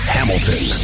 Hamilton